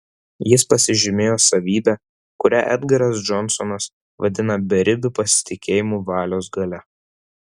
jis pasižymėjo savybe kurią edgaras džonsonas vadina beribiu pasitikėjimu valios galia